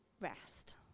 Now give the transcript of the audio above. rest